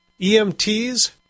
EMTs